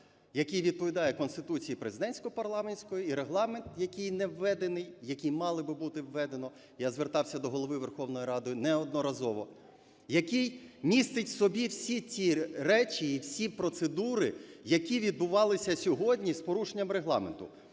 який відповідає Конституції президентсько-парламентської, і Регламент, який не введений, який мало би бути введено, я звертався до Голови Верховної Ради неодноразово, який містить в собі всі ці речі і всі процедури, які відбувалися сьогодні з порушенням Регламенту.